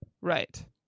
Right